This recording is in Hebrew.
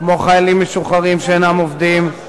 כמו חיילים משוחררים שאינם עובדים,